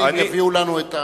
אם תביאו לנו את,